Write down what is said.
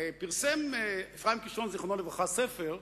פרסם אפרים קישון, זיכרונו לברכה, ספר.